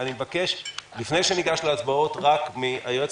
לפני שניגש להצבעות אני אבקש מהיועץ